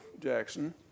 Jackson